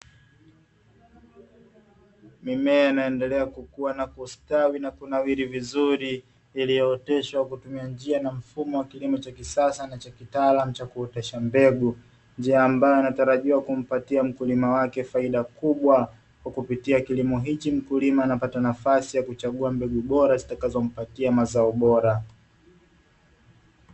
Mimea inaendelea kukuwa na kustawi na kunawiri vizuri iliyooteshwa kutumia njia na mfumo wa kilimo cha kisasa na cha kitaalamu cha kuwezesha mbegu kwa njia ambayo inatarajiwa kumpatia mkulima wake faida kubwa kwa kupitia kilimo hiki mkulima anapata nafasi ya kuchagua mbegu bora zitakazompatia mazao bora.